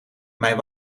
mijn